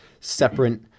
separate